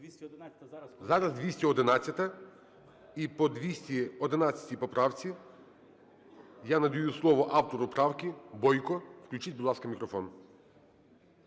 Зараз 2011. І по 2011 поправці я надаю слово автору правки Бойко. Включіть, будь ласка, мікрофон.